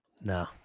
no